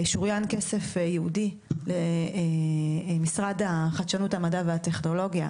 שוריין כסף ייעודי למשרד החדשנות המדע והטכנולוגיה